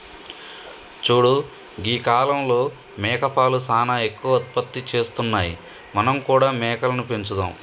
చూడు గీ కాలంలో మేకపాలు సానా ఎక్కువ ఉత్పత్తి చేస్తున్నాయి మనం కూడా మేకలని పెంచుదాం